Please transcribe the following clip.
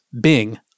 Bing